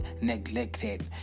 neglected